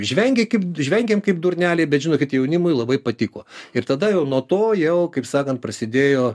žvengė kaip žvengėm kaip durneliai bet žinokit jaunimui labai patiko ir tada jau nuo to jau kaip sakant prasidėjo